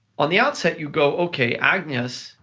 on the outset, you go, okay, agnes,